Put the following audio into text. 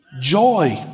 Joy